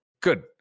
good